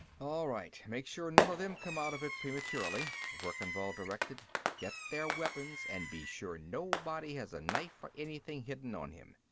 all right, make sure none of them come out of it prematurely, verkan vall directed. get their weapons, and be sure nobody has a knife or anything hidden on him.